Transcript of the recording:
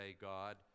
God